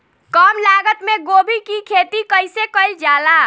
कम लागत मे गोभी की खेती कइसे कइल जाला?